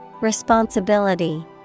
Responsibility